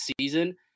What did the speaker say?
season